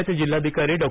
पुण्याचे जिल्हाधिकारी डॉ